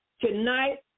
Tonight